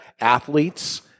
Athletes